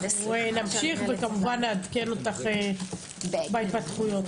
נמשיך ונעדכן אותך בהתפתחויות.